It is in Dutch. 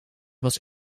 was